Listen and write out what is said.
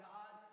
God